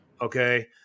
Okay